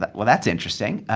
but well, that's interesting.